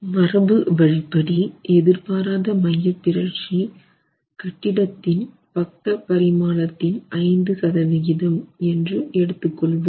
மரபுவழிப்படி எதிர்பாராத மையப்பிறழ்ச்சி கட்டிடத்தின் பக்க பரிமாணத்தின் 5 சதவிகிதம் என்று எடுத்து கொள்வோம்